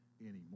anymore